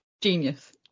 Genius